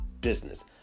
business